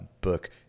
book